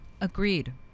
agreed